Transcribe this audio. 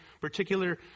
particular